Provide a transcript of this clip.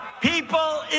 People